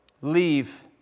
leave